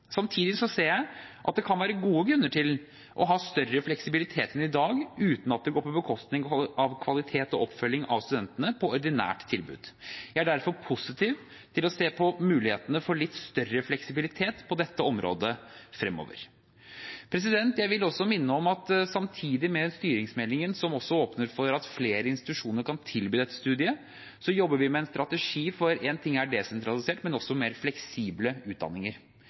Samtidig ser jeg at det kan være gode grunner til å ha større fleksibilitet enn i dag uten at det går på bekostning av kvaliteten og oppfølgingen av studenter på ordinært tilbud. Jeg er derfor positiv til å se på mulighetene for litt større fleksibilitet på dette området fremover. Jeg vil også minne om at samtidig med styringsmeldingen, som også åpner for at flere institusjoner kan tilby dette studiet, jobber vi med en strategi for ikke bare desentraliserte, men også mer fleksible utdanninger.